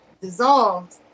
dissolved